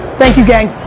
thank you gang.